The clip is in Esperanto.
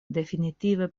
definitive